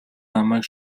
намайг